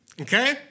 Okay